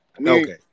Okay